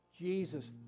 Jesus